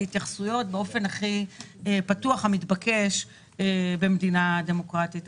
להתייחסות הכי פתוחה ומתבקשת במדינה דמוקרטית.